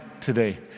today